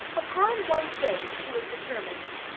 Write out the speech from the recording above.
upon one thing she was determined.